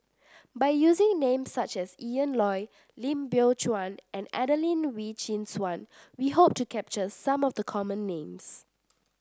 by using names such as Ian Loy Lim Biow Chuan and Adelene Wee Chin Suan we hope to capture some of the common names